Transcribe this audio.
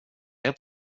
ett